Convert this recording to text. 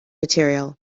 material